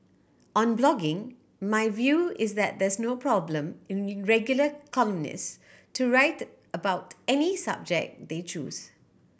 on blogging my view is that there's no problem in regular columnist to write about any subject they choose